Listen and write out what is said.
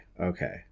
Okay